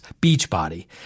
Beachbody